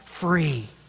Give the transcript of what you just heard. free